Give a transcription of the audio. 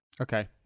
Okay